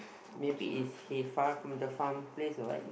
maybe is he far from the farm place or what